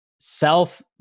self